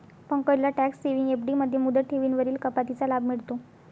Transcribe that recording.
पंकजला tax saving FD मध्ये मुदत ठेवींवरील कपातीचा लाभ मिळतो